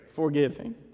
forgiving